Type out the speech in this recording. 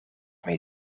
mee